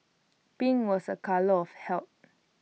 pink was A colour of health